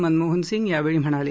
मनमोहनसिंग यावेळी म्हणाले